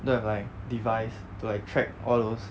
don't have like device to like track all those